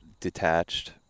detached